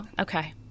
Okay